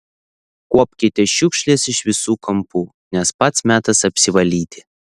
kuopkite šiukšles iš visų kampų nes pats metas apsivalyti